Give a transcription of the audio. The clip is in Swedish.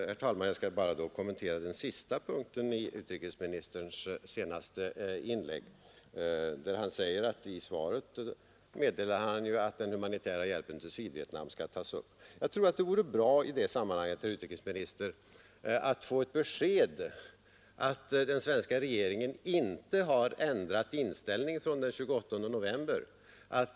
Herr talman! Jag skall bara kommentera den sista punkten i utrikesministerns senaste inlägg, där han upprepade vad han sagt i svaret om att den humanitära hjälpen till Sydvietnam skall tas upp. Jag tror att det vore bra i det sammanhanget, herr utrikesminister, att få ett besked om att den svenska regeringen inte har ändrat inställning från den 28 november.